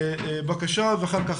ואחר כך